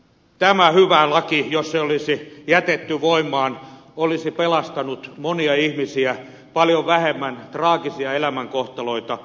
tämä hyvä laki jos se olisi jätetty voimaan olisi pelastanut monia ihmisiä paljon vähemmän traagisia elämänkohtaloita olisi tullut